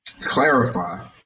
clarify